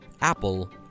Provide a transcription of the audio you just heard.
Apple